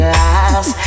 lies